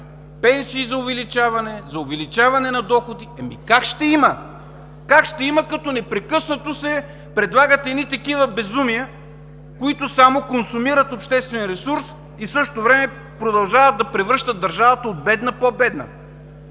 пенсии, за увеличаване на доходи. Ами как ще има? Как ще има, като непрекъснато се предлагат едни такива безумия, които само консумират обществен ресурс и в същото време продължават да превръщат държавата от бедна в по-бедна?!